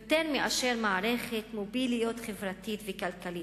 יותר מאשר מערכת מוביליות חברתית וכלכלית,